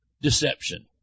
Deception